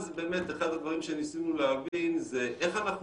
אחד הדברים שניסינו להבין זה איך אנחנו